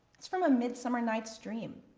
that's from a midsummer night's dream.